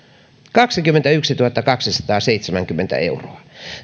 kaksikymmentätuhattakaksisataaseitsemänkymmentä euroa